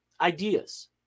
ideas